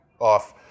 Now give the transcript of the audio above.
off